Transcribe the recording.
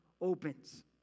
opens